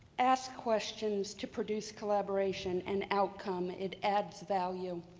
ask questions to produce collaboration and outcome, it adds value.